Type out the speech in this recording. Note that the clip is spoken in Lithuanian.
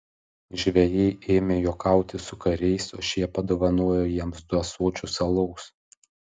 žvejai ėmė juokauti su kariais o šie padovanojo jiems du ąsočius alaus